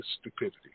stupidity